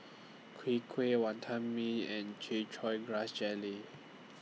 Kwee Kueh Wantan Mee and Chin Chow Grass Jelly